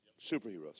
superheroes